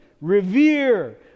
revere